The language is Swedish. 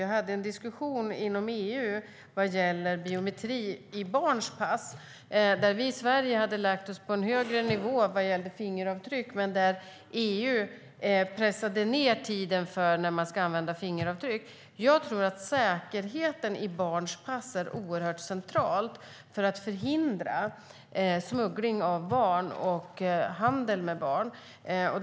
Vi hade en diskussion inom EU om biometri i barns pass. Sverige låg på en högre nivå vad gällde fingeravtryck, men EU pressade ned tiden för när fingeravtryck skulle användas. Säkerheten i barns pass är central för att förhindra smuggling av och handel med barn.